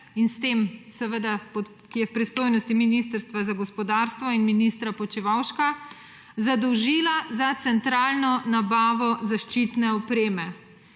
ga s tem seveda, ki je v pristojnosti Ministrstva za gospodarstvo in ministra Počivalška, zadolžila za centralno nabavo zaščitne opreme.